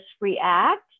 react